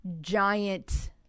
giant